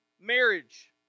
marriage